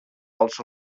pels